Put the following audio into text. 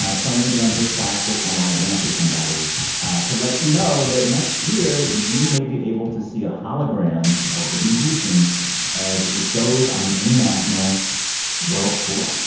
ah playing again, her classic i wanna dance with somebody to let you know that next year, you may be able to see a hologram of whitney houston as it goes on an international world tour